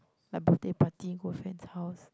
my birthday party go friend's house